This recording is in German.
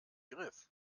griff